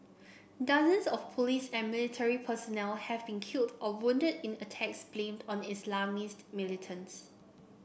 dozens of police and military personnel have been killed or wounded in attacks blamed on Islamist militants